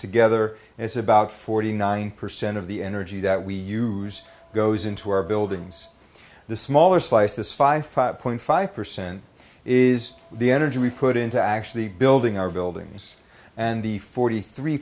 together and it's about forty nine percent of the energy that we use goes into our buildings the smaller slice this five point five percent is the energy we put into actually building our buildings and the forty three